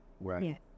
Right